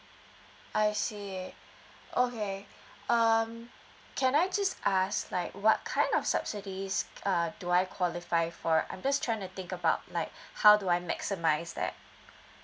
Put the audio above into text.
I see okay um can I just ask like what kind of subsidies uh do I qualify for I'm just trying to think about like how do I maximise that